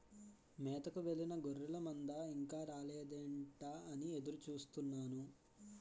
మేతకు వెళ్ళిన గొర్రెల మంద ఇంకా రాలేదేంటా అని ఎదురు చూస్తున్నాను